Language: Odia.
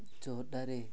ଛଅଟାରେ